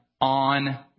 on